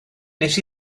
wnes